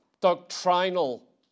doctrinal